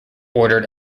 ordered